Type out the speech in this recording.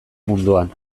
munduan